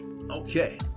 okay